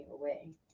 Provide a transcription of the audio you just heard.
away